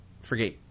forget